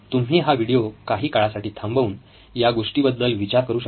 तुम्ही हा व्हिडीओ काही काळासाठी थांबवून या गोष्टीबद्दल विचार करू शकता